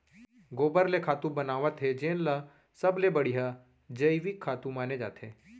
गोबर ले खातू बनावत हे जेन ल सबले बड़िहा जइविक खातू माने जाथे